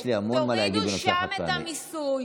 תורידו שם את המיסוי,